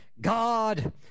God